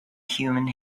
human